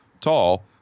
tall